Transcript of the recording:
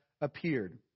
appeared